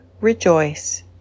rejoice